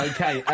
Okay